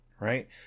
right